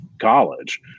college